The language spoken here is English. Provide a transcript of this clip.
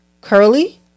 curly